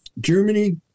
Germany